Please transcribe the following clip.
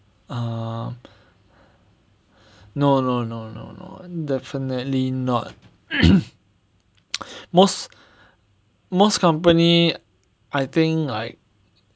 err no no no no no definitely not most most company I think like